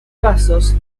casos